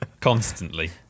Constantly